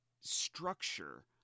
structure